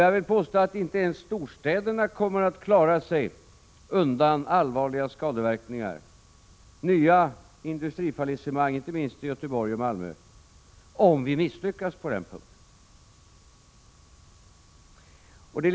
Jag vill påstå att inte ens storstäderna kommer att klara sig undan allvarliga skadeverkningar och nya industrifallissemang, inte minst i Göteborg och Malmö, om vi misslyckas på den punkten.